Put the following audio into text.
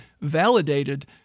validated